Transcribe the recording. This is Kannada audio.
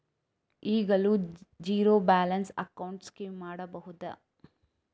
ಈಗಲೂ ಝೀರೋ ಬ್ಯಾಲೆನ್ಸ್ ಅಕೌಂಟ್ ಸ್ಕೀಮ್ ಮಾಡಬಹುದಾ?